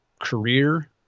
career